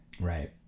Right